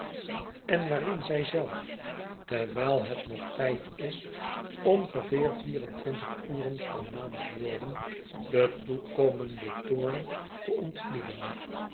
en waarin zij zelf terwijl het nog tijd is ongeveer vierentwintig uren vermaand worden a den toekomenden toorn te ontvlieden